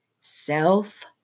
Self